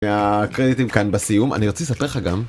הקרדיטים כאן בסיום, אני רציתי לספר לך גם